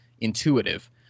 intuitive